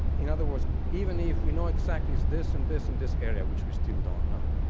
in other words, even if we know exactly it's this and this and this area which we still don't know,